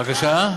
בבקשה?